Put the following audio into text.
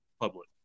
public